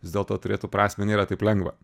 vis dėlto turėtų prasmę nėra taip lengva